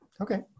Okay